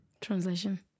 Translation